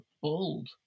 bold